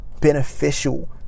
beneficial